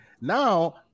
Now